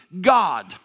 God